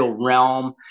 realm